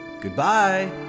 Goodbye